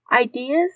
ideas